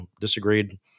disagreed